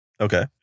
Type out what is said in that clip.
Okay